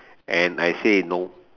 and I say no